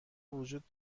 وجود